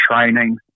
training